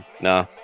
nah